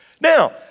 Now